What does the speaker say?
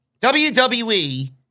WWE